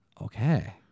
okay